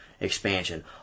expansion